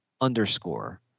underscore